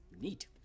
Neat